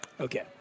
Okay